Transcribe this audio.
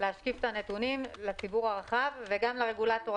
לשקף את הנתונים לציבור הרחב וגם לרגולטור.